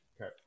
Okay